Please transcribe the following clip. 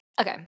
Okay